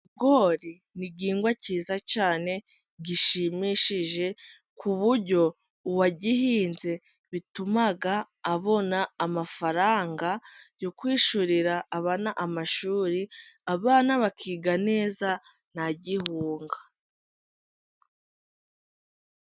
Ibigori ni igihingwa cyiza cyane gishimishije, k'uburyo uwagihinze bituma abona amafaranga, yo kwishyurira abana amashuri, abana bakiga neza ntagihunga.